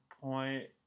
point